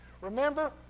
Remember